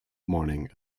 morning